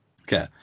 Okay